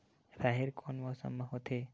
राहेर कोन मौसम मा होथे?